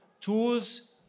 tools